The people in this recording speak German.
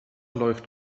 läuft